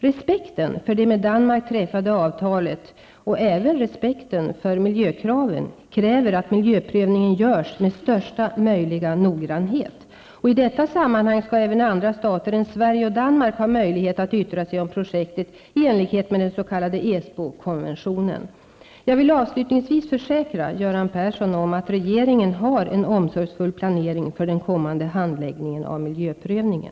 Respekten för det med Danmark träffade avtalet -- och även respekten för miljökraven -- kräver att miljöprövningen görs med största möjliga noggrannhet. I detta sammanhang skall även andra stater än Sverige och Danmark ha möjlighet att yttra sig om projektet, i enlighet med den s.k. Jag vill avslutningsvis försäkra Göran Persson om att regeringen har en omsorgsfull planering för den kommande handläggningen av miljöprövningen.